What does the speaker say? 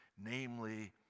namely